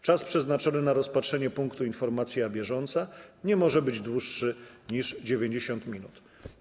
Czas przeznaczony na rozpatrzenie punktu: Informacja bieżąca nie może być dłuższy niż 90 minut.